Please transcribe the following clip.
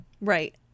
right